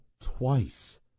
twice